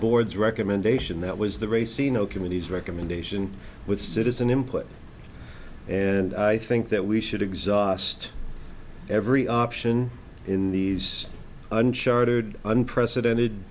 board's recommendation that was the racy no committees recommendation with citizen input and i think that we should exhaust every option in these unchartered unprecedented